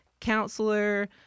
counselor